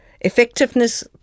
effectiveness